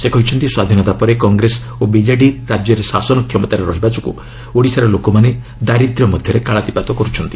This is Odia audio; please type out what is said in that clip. ସେ କହିଛନ୍ତି ସ୍ୱାଧୀନତା ପରେ କଂଗ୍ରେସ ଓ ବିଜେଡ଼ି ରାଜ୍ୟରେ ଶାସନ କ୍ଷମତାରେ ରହିବା ଯୋଗୁଁ ଓଡ଼ିଶାର ଲୋକମାନେ ଦାରିଦ୍ର୍ୟ ମଧ୍ୟରେ କାଳାତିପାତ କର୍ଚ୍ଚନ୍ତି